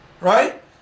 right